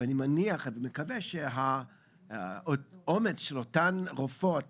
אני מניח ומקווה שהאומץ של אותן רופאות